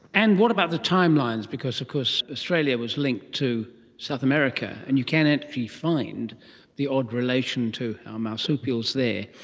and what about the timelines? because of course australia was linked to south america, and you can actually find the odd relation to our marsupials there.